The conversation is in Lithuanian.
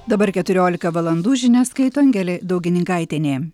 dabar keturiolika valandų žinias skaito angelė daugininkaitienė